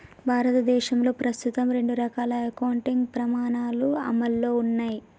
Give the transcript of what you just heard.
భారతదేశంలో ప్రస్తుతం రెండు రకాల అకౌంటింగ్ ప్రమాణాలు అమల్లో ఉన్నయ్